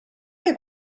che